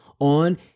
on